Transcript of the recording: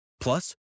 Plus